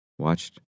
watched